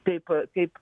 kaip kaip